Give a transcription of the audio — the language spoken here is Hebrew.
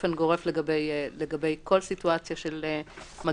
באופן גורף לגבי כל סיטואציה של מגפה.